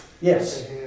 Yes